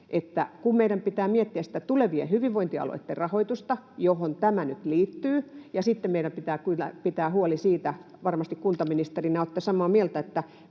että meidän pitää miettiä sitä tulevien hyvinvointialueitten rahoitusta, johon tämä nyt liittyy, mutta meidän pitää kyllä pitää huoli myös siitä — varmasti kuntaministerinä olette samaa mieltä